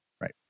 Right